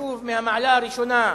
חשוב מהמעלה הראשונה.